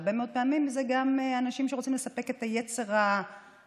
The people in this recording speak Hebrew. והרבה מאוד פעמים זה גם אנשים שרוצים לספק את היצר הסטייתי-משהו,